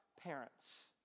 parents